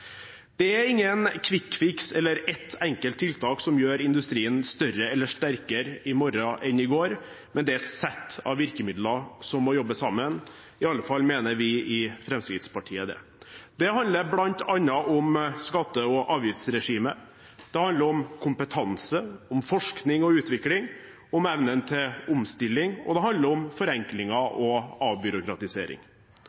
Det er ingen «quick fix» eller ett enkelt tiltak som gjør industrien større eller sterkere i morgen enn i går, men det er et sett av virkemidler som må jobbe sammen – i alle fall mener vi i Fremskrittspartiet det. Det handler bl.a. om skatte- og avgiftsregimet, det handler om kompetanse, forskning og utvikling, evnen til omstilling, og det handler om forenklinger